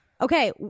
Okay